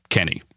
Kenny